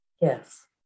Yes